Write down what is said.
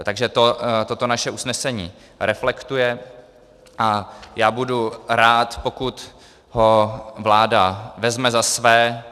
Takže toto naše usnesení reflektuje a já budu rád, pokud ho vláda vezme za své.